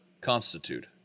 constitute